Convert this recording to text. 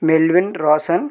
Melvin Roshan